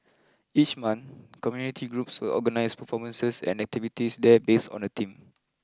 each month community groups will organise performances and activities there based on a theme